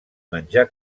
menjar